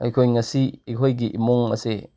ꯑꯩꯈꯣꯏ ꯉꯁꯤ ꯑꯩꯈꯣꯏꯒꯤ ꯏꯃꯨꯡ ꯑꯁꯦ